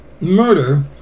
murder